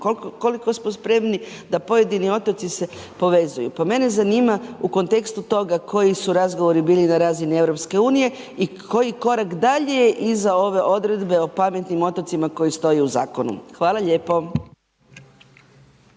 koliko smo spremni da se pojedini otoci povezuju. Pa mene zanima u kontekstu toga, koji su razgovori bili na razini EU, i koji korak dalje iza ove odredbe o pametnim otocima koji stoje u zakonu. Hvala lijepo.